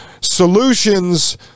solutions